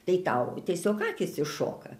tai tau tiesiog akys iššoka